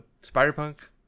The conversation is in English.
Spider-Punk